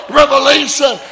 revelation